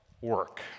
work